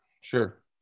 Sure